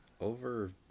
over